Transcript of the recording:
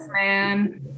man